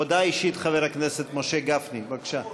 הודעה אישית, חבר הכנסת משה גפני, בבקשה.